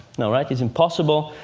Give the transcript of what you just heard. no, right? it's impossible.